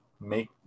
make